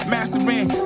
Mastering